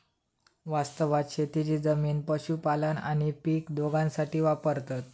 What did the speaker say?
वास्तवात शेतीची जमीन पशुपालन आणि पीक दोघांसाठी वापरतत